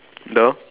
the